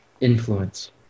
influence